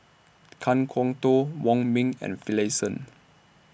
Kan Kwok Toh Wong Ming and Finlayson